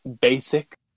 basic